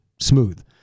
smooth